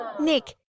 Nick